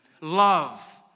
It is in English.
love